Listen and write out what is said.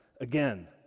again